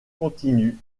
continue